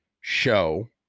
show